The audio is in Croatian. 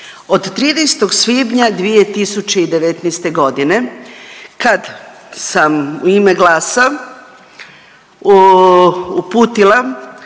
Od 13. svibnja 2019.g. kad sam u ime GLAS-a uputila